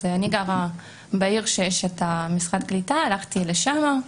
אז אני גרה בעיר שיש שם משרד הקליטה, הלכתי לשם,